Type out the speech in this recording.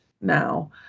now